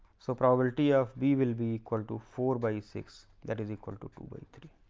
so, probability of b will be equal to four by six that is equal to two by three.